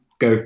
Go